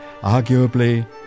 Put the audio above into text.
arguably